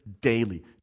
daily